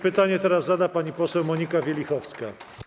Pytanie zada pani poseł Monika Wielichowska.